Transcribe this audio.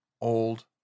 old